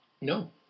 No